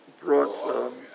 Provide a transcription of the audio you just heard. brought